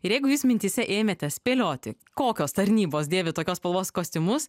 ir jeigu jūs mintyse ėmėte spėlioti kokios tarnybos dėvi tokios spalvos kostiumus